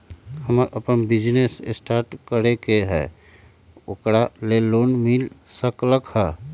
हमरा अपन business start करे के है ओकरा लेल लोन मिल सकलक ह?